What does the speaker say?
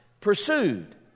pursued